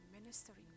ministering